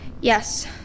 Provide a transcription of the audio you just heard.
Yes